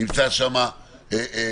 נמצא שם בעבודה.